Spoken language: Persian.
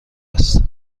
است